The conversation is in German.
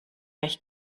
ich